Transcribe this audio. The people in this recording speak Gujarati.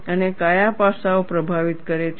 અને કયા પાસાઓ પ્રભાવિત કરે છે